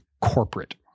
corporate